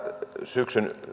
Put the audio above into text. syksyn